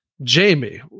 Jamie